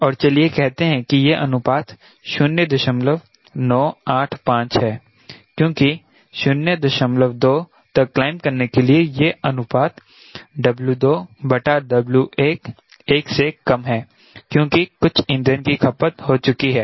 और चलिए कहते हैं कि वह अनुपात 0985 है क्योंकि 02 तक क्लाइंब करने के लिए यह अनुपात W2W1 1 से कम है क्योंकि कुछ ईंधन की खपत हो चुकी है